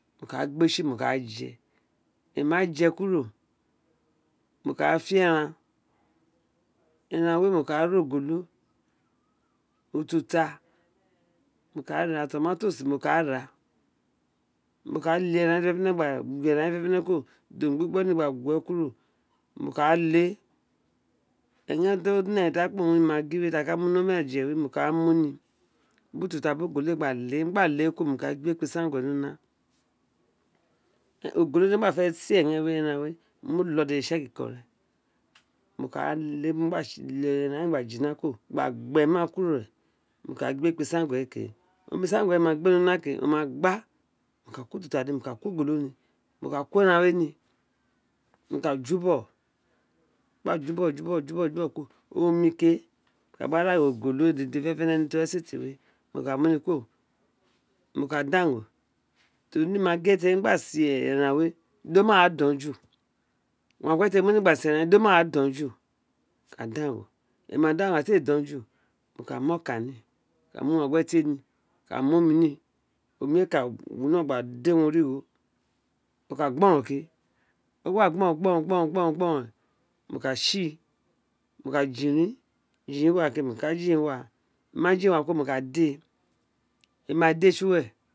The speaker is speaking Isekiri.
Mo ka gbe tsl mo ka je emi ma je kuro mo ka fe eran mo ka mi ogolo ututa mo ka raā mo ka ri itoma toesi mo ka gutwe eran we kekekeke mo ka lēē urun ẹdẹn tr a kpe wun maggl we tr a ka mu nr omeje we no ka mu hr br ututa br ogolo mo ka lēē tr mo gba lēē kuro mo ka mi ekpo isangue ni kuro ogolo temi fe gba fe̱ sr ēē e̱ren we ẹran mo lo̱ọ tan mo kāa lēē gba le eren we gba tan kuro me ka abr ekpo lengue we ke ekpotsangue we wo ma gbi hr una ke o ma gbāā oko ka ko futa ni wo ko ogolo ni wo ka ju bogho gba ju bogho ju boale ju bogho ju bogho kuro ke omi ke ti a gba gagra ogolo we dede fẹ̄nẹ̄ fene nr to wi esete we wo ka mu ni kuro mo ka daa gho teri maggl to mo gba sl ee eran we dor maa don ju uwangue temi mu nr gbaseee do dna dọnju wo ka dangho wo ma dangho ira br a doiju wo ku nir okan ne wo ka mu uwanye tre ni wo ka mi omi ni omi we ka coinogba ekon orighoro o ka gboron ke ogba gboron gboron gboron gboron gboron ren ino ka tsl mo ma jirin jirin wl ara kuro mo ka di ēē emi ma di ēē tsl nuwe we